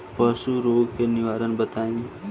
पशु रोग के निवारण बताई?